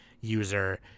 user